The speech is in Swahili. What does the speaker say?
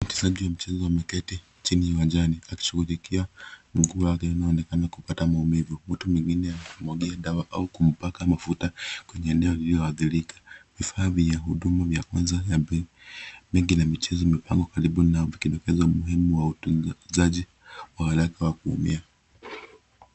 Mchezaji wa mchezo ameketi chini ya uwanjani, akishughulikia mguu wake unaonekana kupata maumivu. Mtu mwingine anamwagia dawa au kumpaka mafuta kwenye eneo lililoadhirika. Vifaa vya huduma vya kwanza ya michezo mingine vimepangwa karibu nao, vikidokeza umuhimu wa utunzaji wa haraka wa kuumia.